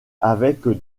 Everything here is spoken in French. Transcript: avec